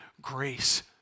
grace